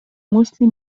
mostly